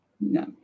No